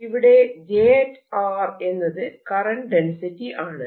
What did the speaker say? ഇവിടെ j എന്നത് current density ആണ്